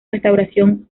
restauración